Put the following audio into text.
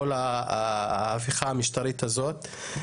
כל ההפיכה המשטרית הזאת.